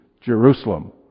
Jerusalem